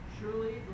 Surely